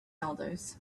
elders